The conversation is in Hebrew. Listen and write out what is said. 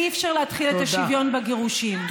אי-אפשר להתחיל את השוויון בגירושים.